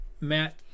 Matt